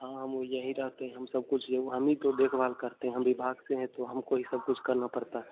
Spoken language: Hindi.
हाँ हम ओइजहीं रहते हैं हम सब कुछ हम ही तो देखभाल करते हैं हम विभाग से है तो हमको ही सब कुछ करना पड़ता है